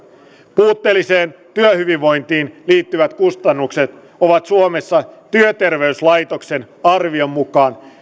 puutteelliseen työhyvinvointiin liittyvät kustannukset ovat suomessa työterveyslaitoksen arvion mukaan